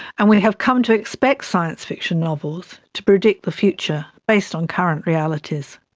and we have come to expect science fiction novels to predict the future based on current realities.